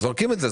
זורקים את זה.